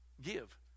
give